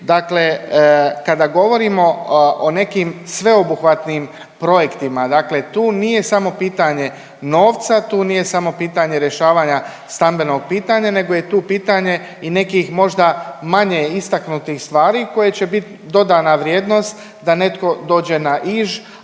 Dakle kada govorimo o nekim sveobuhvatnim projektima, dakle tu nije samo pitanje novca, tu nije samo pitanje rješavanja stambenog pitanja nego je tu pitanje i nekih možda manje istaknutih stvari koje će bit dodana vrijednost da netko dođe na Iž,